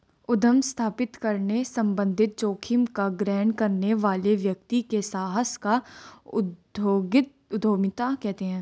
उद्यम स्थापित करने संबंधित जोखिम का ग्रहण करने वाले व्यक्ति के साहस को उद्यमिता कहते हैं